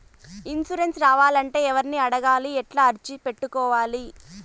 Insurance రావాలంటే ఎవర్ని అడగాలి? ఎట్లా అర్జీ పెట్టుకోవాలి?